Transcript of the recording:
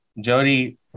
Jody